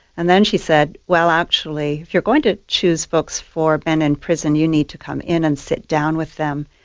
and then she said, well actually, if you are going to choose books for men in prison you need to come in and sit down with them,